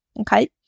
okay